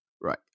right